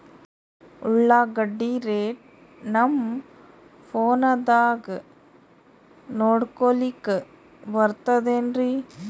ಉಳ್ಳಾಗಡ್ಡಿ ರೇಟ್ ನಮ್ ಫೋನದಾಗ ನೋಡಕೊಲಿಕ ಬರತದೆನ್ರಿ?